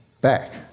back